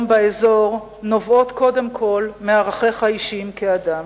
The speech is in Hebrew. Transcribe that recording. באזור נובעות קודם כול מערכיך האישיים כאדם.